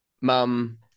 mum